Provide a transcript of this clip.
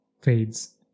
fades